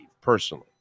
personally